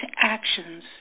actions